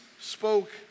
Spoke